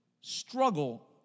struggle